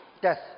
death